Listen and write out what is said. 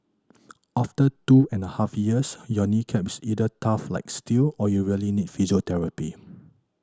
after two and a half years your knee cap is either tough like steel or you really need physiotherapy